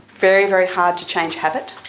very, very hard to change habit.